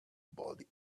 body